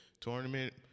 tournament